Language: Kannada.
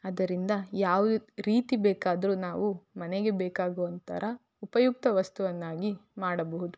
ಅದರಿಂದ ಯಾವ ರೀತಿ ಬೇಕಾದರೂ ನಾವು ಮನೆಗೆ ಬೇಕಾಗುವ ಥರ ಉಪಯುಕ್ತ ವಸ್ತುವನ್ನಾಗಿ ಮಾಡಬಹುದು